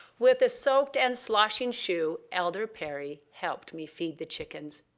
with a soaked and sloshing shoe, elder perry helped me feed the chickens.